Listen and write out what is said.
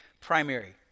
primary